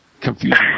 Confusion